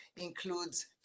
Includes